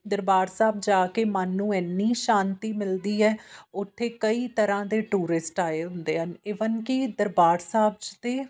ਦਰਬਾਰ ਸਾਹਿਬ ਜਾ ਕੇ ਮਨ ਨੂੰ ਇੰਨੀ ਸ਼ਾਂਤੀ ਮਿਲਦੀ ਹੈ ਉੱਥੇ ਕਈ ਤਰ੍ਹਾਂ ਦੇ ਟੂਰਿਸਟ ਆਏ ਹੁੰਦੇ ਹਨ ਇਵਨ ਕਿ ਦਰਬਾਰ ਸਾਹਿਬ 'ਚ ਤਾਂ